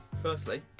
Firstly